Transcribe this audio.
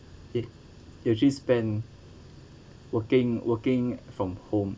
they usually spend working working from home